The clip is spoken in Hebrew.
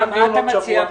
מציע,